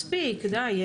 מספיק, די.